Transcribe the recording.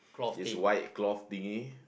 this white cloth thingy